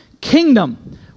kingdom